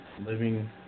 living